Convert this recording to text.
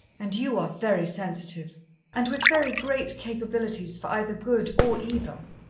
and you are very sensitive and with very great capabilities for either good or evil.